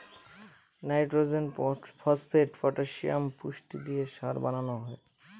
nitrogen, phosphate, potassium পুষ্টি দিয়ে সার বানানো হয়